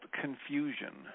confusion